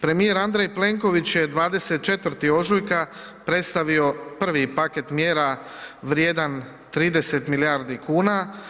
Premijer Andrej Plenković je 24. ožujka predstavio prvi paket mjera vrijedan 30 milijardi kuna.